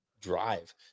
drive